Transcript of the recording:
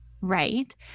Right